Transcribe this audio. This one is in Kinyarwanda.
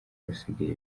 basigaye